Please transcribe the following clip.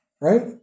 right